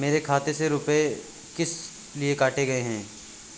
मेरे खाते से रुपय किस लिए काटे गए हैं?